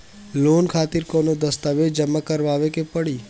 Loan खातिर कौनो दस्तावेज जमा करावे के पड़ी?